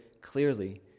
clearly